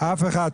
אף אחד.